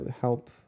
help